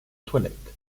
toilette